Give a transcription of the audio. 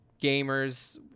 gamers –